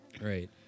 Right